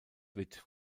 with